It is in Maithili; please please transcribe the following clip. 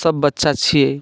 सभ बच्चा छियै